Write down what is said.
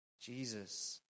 Jesus